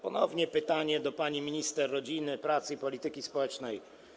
Ponownie pytanie do pani minister rodziny, pracy i polityki społecznej.